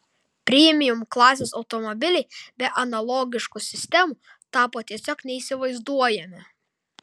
premium klasės automobiliai be analogiškų sistemų tapo tiesiog neįsivaizduojami